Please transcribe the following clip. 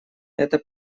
это